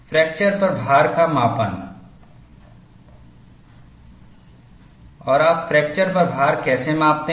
fracture पर भार का मापन और आप फ्रैक्चर पर भार कैसे मापते हैं